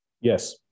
yes